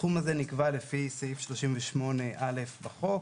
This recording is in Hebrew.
הסכום הזה נקבע על פי סעיף 38(א) בחוק,